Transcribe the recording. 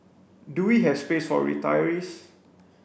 do we have space for retirees